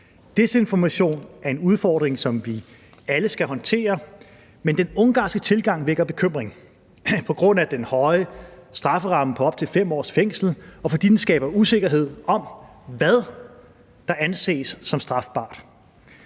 Desinformation er en udfordring, som vi alle skal håndtere, men den ungarske tilgang vækker bekymring på grund af den høje strafferamme på op til 5 års fængsel, og fordi den skaber usikkerhed om, hvad der anses som strafbart.